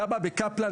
התב"ע בקפלן,